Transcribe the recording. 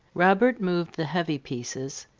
robert moved the heavy pieces,